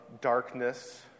darkness